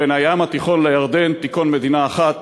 ובין הים התיכון לירדן תיכון מדינה אחת,